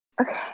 Okay